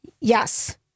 Yes